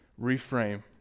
reframe